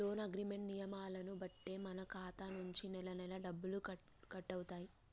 loan agreement నియమాలను బట్టే మన ఖాతా నుంచి నెలనెలా డబ్బులు కట్టవుతాయి